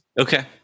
Okay